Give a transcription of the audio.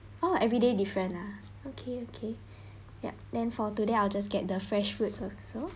ah everyday different ah okay okay yup then for today I'll just get the fresh fruits also